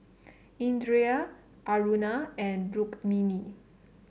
Indira Aruna and Rukmini